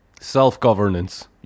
Self-governance